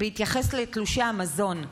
בהתייחס לתלושי המזון,